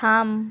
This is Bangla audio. থাম